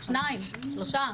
וצדיק בסדום, שניים, שלושה.